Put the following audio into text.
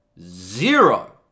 zero